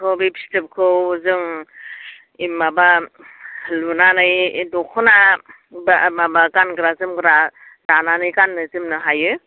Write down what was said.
जोंथ' फिथोबखौ जों माबा लुनानै दख'ना बा माबा गानग्रा जोमग्रा दानानै गाननो जोमनो हायो